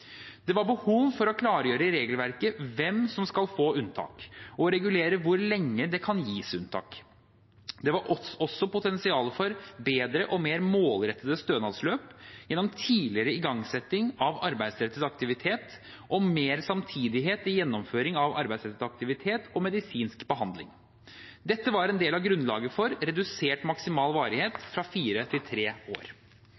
Det var behov for å klargjøre i regelverket hvem som skal få unntak, og å regulere hvor lenge det kan gis unntak. Det var også potensial for bedre og mer målrettede stønadsløp gjennom tidligere igangsetting av arbeidsrettet aktivitet og mer samtidighet i gjennomføring av arbeidsrettet aktivitet og medisinsk behandling. Dette var en del av grunnlaget for redusert maksimal